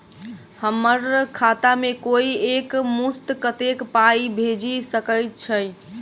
हम्मर खाता मे कोइ एक मुस्त कत्तेक पाई भेजि सकय छई?